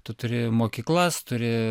tu turi mokyklas turi